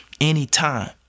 anytime